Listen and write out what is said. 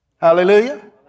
Hallelujah